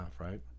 right